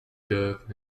death